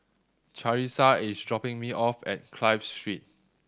Charissa is dropping me off at Clive Street